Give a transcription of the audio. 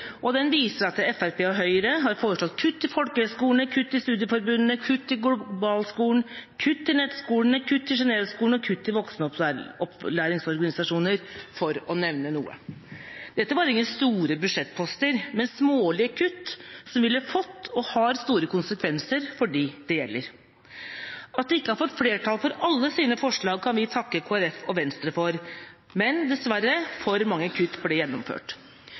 fasiten. Den viser at Fremskrittspartiet og Høyre har foreslått kutt i folkehøyskolene, kutt i studieforbundene, kutt i Globalskolen, kutt i nettskolene, kutt i Genèveskolen og kutt i voksenopplæringsorganisasjoner for å nevne noe. Dette var ingen store budsjettposter, men smålige kutt, som ville fått og har store konsekvenser for dem det gjelder. At de ikke har fått flertall for alle sine forslag, kan vi takke Kristelig Folkeparti og Venstre for, men dessverre blir for mange kutt gjennomført.